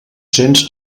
cents